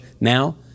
Now